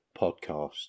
podcast